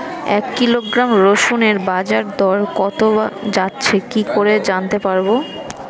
এক কিলোগ্রাম রসুনের বাজার দর কত যাচ্ছে কি করে জানতে পারবো?